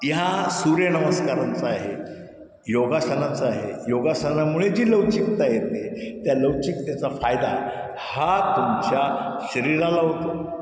या सूर्यनमस्कारांचा आहे योगासनाचा आहे योगासनामुळे जी लवचिकता येते त्या लवचिकतेचा फायदा हा तुमच्या शरीराला होतो